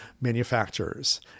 manufacturers